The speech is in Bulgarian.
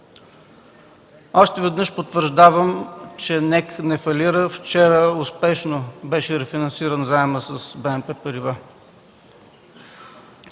Още веднъж потвърждавам, че НЕК не фалира. Вчера успешно беше рефинансиран заемът с БНП Париба.